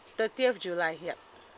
thirtieth july yup